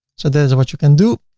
so that is what you can do.